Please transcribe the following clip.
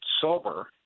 sober